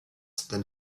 than